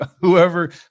whoever